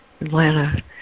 atlanta